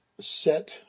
set